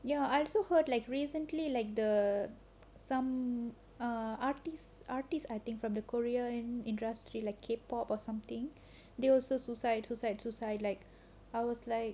ya I also heard like recently like the some err artists artists I think from the korea and industry like K pop or something they also suicide suicide suicide like I was like